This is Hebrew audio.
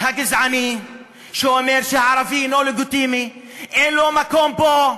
הגזעני שאומר שערבי אינו לגיטימי, אין לו מקום פה,